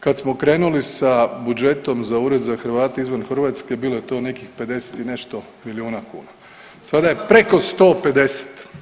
Kad smo krenuli sa budžetom za Ured za Hrvate izvan Hrvatske bilo je to nekih 50 i nešto milijuna kuna, sada je preko 150.